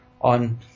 on